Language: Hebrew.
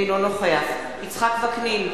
אינו נוכח יצחק וקנין,